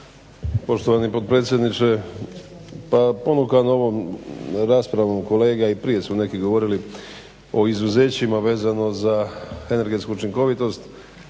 Poštovani potpredsjedniče, pa ponukan ovom raspravom kolega i prije su neki govorili o izuzećima vezano za energetsku učinkovitost.